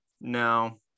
no